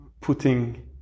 putting